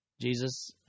Jesus